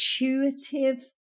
intuitive